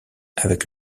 avec